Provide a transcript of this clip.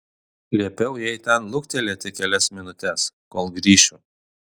liepiau jai ten luktelėti kelias minutes kol grįšiu